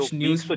news